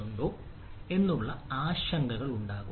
കൂടാതെ ആ ആശങ്കകൾ ഉണ്ടാകും